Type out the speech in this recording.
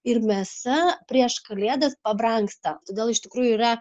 ir mėsa prieš kalėdas pabrangsta todėl iš tikrųjų yra